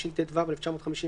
התשט"ו 1955,